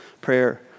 Prayer